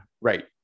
Right